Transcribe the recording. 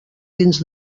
dins